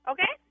Okay